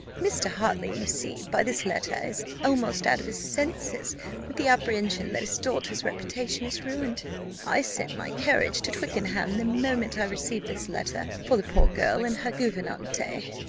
mr. hartley, you see by this letter, is almost out of his senses with the apprehension that his daughter's reputation is ruined i sent my carriage to twickenham, the moment i received this letter, for the poor girl and her gouvernante.